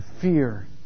fear